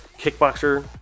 Kickboxer